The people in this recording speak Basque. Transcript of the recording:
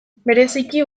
bereziki